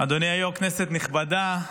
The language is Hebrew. כנסת נכבדה,